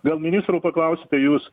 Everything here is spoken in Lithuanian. gal ministro paklausite jūs